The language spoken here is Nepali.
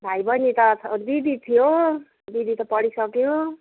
भाइ बहिनी त दिदी थियो दिदी त पढिसक्यो